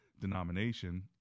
denomination